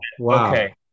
Okay